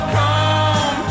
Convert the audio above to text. come